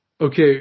Okay